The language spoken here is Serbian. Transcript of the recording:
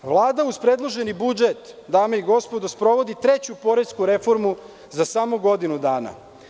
Vlada uz predloženi budžet sprovodi treću poresku reformu za samo godinu dana.